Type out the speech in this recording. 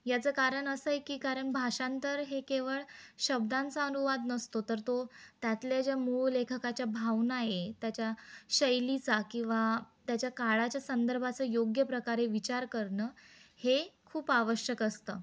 याचं कारण असं आहे की कारण भाषांतर हे केवळ शब्दांचा अनुवाद नसतो तर तो त्यातल्या ज्या मूळ लेखकाच्या भावना आहे त्याच्या शैलीचा किंवा त्याच्या काळाच्या संदर्भाचं योग्य प्रकारे विचार करणं हे खूप आवश्यक असतं